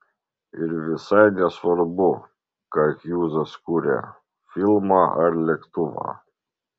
ir visai nesvarbu ką hjūzas kuria filmą ar lėktuvą